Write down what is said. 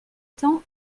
temps